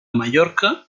mallorca